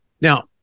Now